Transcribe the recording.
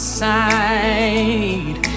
side